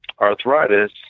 arthritis